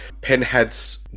Pinhead's